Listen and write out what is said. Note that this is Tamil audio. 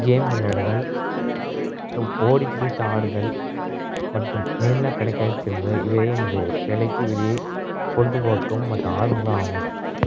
கேம் விளையாடுதல் மற்றும் ஓடி பிடித்து ஆடுதல் மற்றும் மெரினா கடற்கரைக்குச் சொல்லுதல் இவை எனது வேலைக்கு வெளியே பொழுதுபோக்கு மற்றும் ஆர்வங்கள் ஆகும்